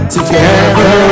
Together